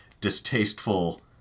distasteful